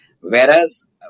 Whereas